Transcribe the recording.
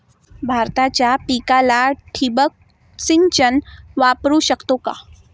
भाताच्या पिकाला ठिबक सिंचन वापरू शकतो का?